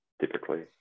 typically